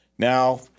Now